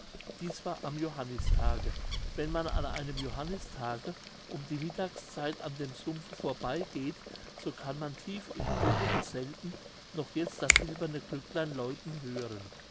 dies war am johannistage wenn man an einem johannistage um die mittagszeit an dem sumpfe vorbeigeht so kann man tief im grunde desselben noch jetzt das silberne glöcklein läuten hören